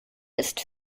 ist